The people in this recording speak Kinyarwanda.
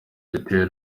yatewe